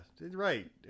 right